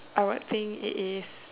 I would think it is